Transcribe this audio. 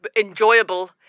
enjoyable